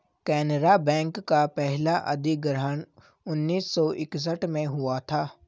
Canara bank का पहला अधिग्रहण उन्नीस सौ इकसठ में हुआ था